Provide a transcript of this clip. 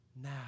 Now